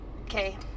Okay